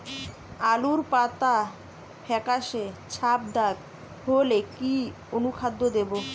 আলুর পাতা ফেকাসে ছোপদাগ হলে কি অনুখাদ্য দেবো?